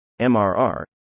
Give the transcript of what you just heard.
MRR